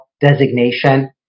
designation